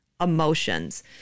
emotions